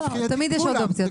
תמיד יש עוד אופציות,